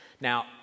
Now